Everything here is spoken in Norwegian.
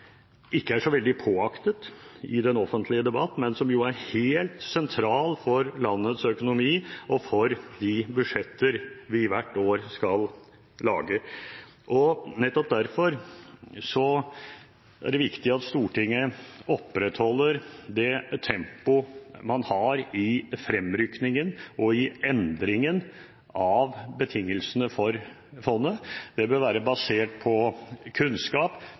ikke er så veldig påaktet i den offentlige debatt, men som jo er helt sentral for landets økonomi og for de budsjetter vi hvert år skal lage. Nettopp derfor er det viktig at Stortinget opprettholder det tempoet man har i fremrykningen og i endringen av betingelsene for fondet. Det bør være basert på kunnskap